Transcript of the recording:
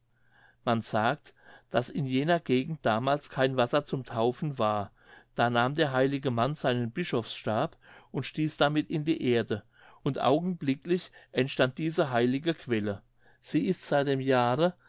man sagt daß in jener gegend damals kein wasser zum taufen war da nahm der heilige mann seinen bischofsstab und stieß damit in die erde und augenblicklich entstand diese heilige quelle sie ist seit dem jahre